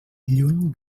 lluny